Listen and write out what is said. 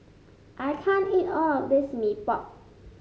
I can't eat all of this Mee Pok